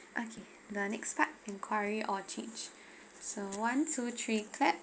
okay the next part inquiry or change so one two three clap